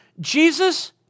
Jesus